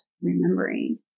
remembering